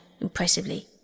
impressively